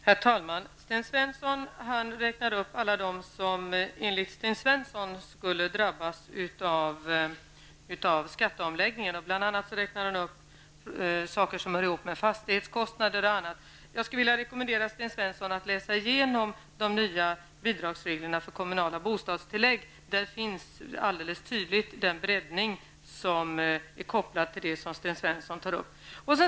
Herr talman! Sten Svensson räknade upp alla dem som enligt Sten Svensson skulle drabbas av skatteomläggningen. Bl.a. räknade han upp sådant som har att göra med fastighetskostnader och annat. Jag skulle vilja rekommendera Sten Svensson att läsa igenom de nya reglerna för kommunala bostadstillägg. Där kan man alldeles tydligt utläsa den breddning som är kopplad till det som Sten Svensson tar upp.